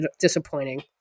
disappointing